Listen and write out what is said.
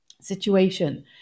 situation